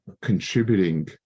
contributing